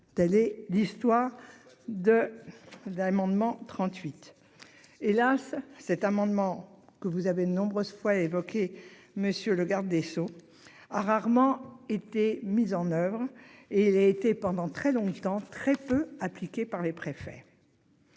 telle est l'histoire de d'un amendement 38. Hélas, cet amendement que vous avez de nombreuses fois évoquées, monsieur le garde des Sceaux a rarement été mises en oeuvre et il a été pendant très longtemps très peu appliquée par les préfets.